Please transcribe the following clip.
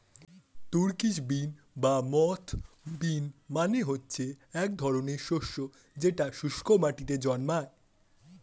Turkish bean বা moth bean মানে হচ্ছে এক ধরনের শস্য যেটা শুস্ক মাটিতে জন্মায়